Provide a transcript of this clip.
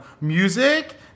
music